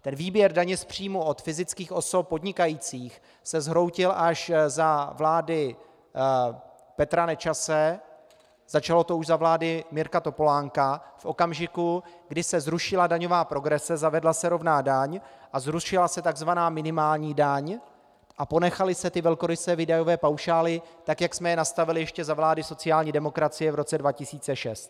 Ten výběr daně z příjmů od fyzických osob podnikajících se zhroutil až za vlády Petra Nečase, začalo to už za vlády Mirka Topolánka v okamžiku, kdy se zrušila daňová progrese, zavedla se rovná daň a zrušila se tzv. minimální daň a ponechaly se ty velkorysé výdajové paušály tak, jak jsme je nastavili ještě za vlády sociální demokracie v roce 2006.